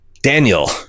Daniel